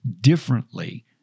differently